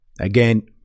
again